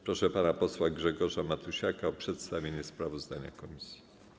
Proszę pana posła Grzegorza Matusiaka o przedstawienie sprawozdania komisji.